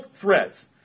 threats